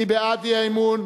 מי בעד האי-אמון?